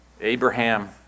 Abraham